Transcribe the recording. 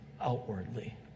outwardly